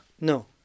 No